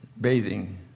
bathing